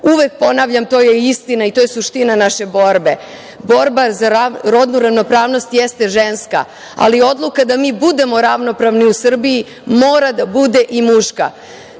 Uvek ponavljam, to je istina i to je suština naše borbe. Borba za rodnu ravnopravnost jeste ženska, ali odluka da mi budemo ravnopravni u Srbiji, mora da bude i muška.